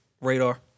radar